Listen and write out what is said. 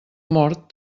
mort